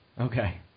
Okay